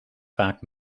vaak